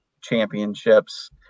championships